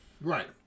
Right